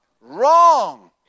Wrong